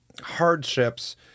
hardships